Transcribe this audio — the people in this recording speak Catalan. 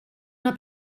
una